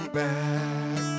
back